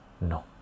No